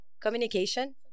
Communication